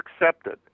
accepted